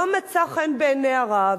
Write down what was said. לא מצאה חן בעיני הרב,